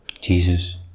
Jesus